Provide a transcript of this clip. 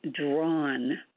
drawn